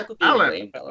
Alan